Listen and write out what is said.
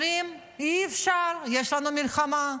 אומרים: אי-אפשר, יש לנו מלחמה,